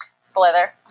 Slither